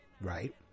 right